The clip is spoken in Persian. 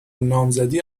نامزدی